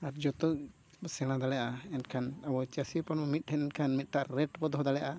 ᱟᱨ ᱡᱚᱛᱚ ᱵᱚ ᱥᱮᱬᱟ ᱫᱟᱲᱮᱭᱟᱜᱼᱟ ᱮᱱᱠᱷᱟᱱ ᱟᱵᱚ ᱪᱟᱥᱤ ᱦᱚᱯᱚᱱ ᱵᱚᱱ ᱢᱤᱫᱴᱷᱮᱱ ᱞᱮᱱᱠᱷᱟᱱ ᱢᱤᱫᱴᱟᱝ ᱨᱮᱴ ᱵᱚᱱ ᱫᱚᱦᱚ ᱫᱟᱲᱮᱭᱟᱜᱼᱟ